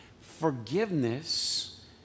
Forgiveness